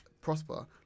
prosper